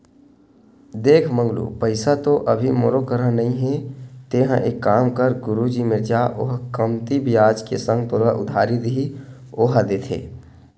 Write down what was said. देख मंगलू पइसा तो अभी मोरो करा नइ हे तेंहा एक काम कर गुरुजी मेर जा ओहा कमती बियाज के संग तोला उधारी दिही ओहा देथे